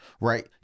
Right